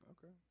Okay